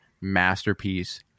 masterpiece